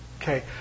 Okay